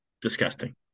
disgusting